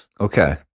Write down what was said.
Okay